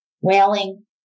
wailing